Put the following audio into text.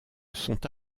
sont